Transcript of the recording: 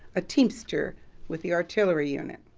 a teamster with the artillery unit.